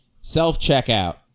Self-checkout